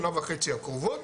שנה וחצי הקרובות,